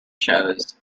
shows